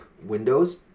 Windows